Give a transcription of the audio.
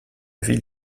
ville